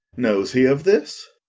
knows he of this?